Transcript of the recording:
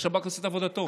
השב"כ עושה את עבודתו,